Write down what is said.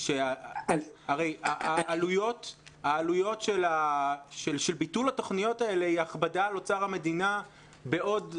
הרי העלויות של ביטול התוכניות האלה הן הכבדה על אוצר המדינה בעוד 3,